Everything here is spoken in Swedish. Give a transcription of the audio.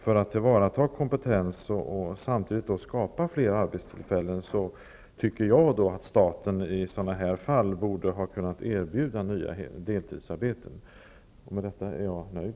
För att tillvarata kompetens och samtidigt skapa fler arbetstillfällen bör staten i fall av den här typen kunna erbjuda nya deltidsarbeten. Med detta är jag nöjd.